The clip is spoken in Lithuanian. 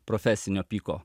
profesinio piko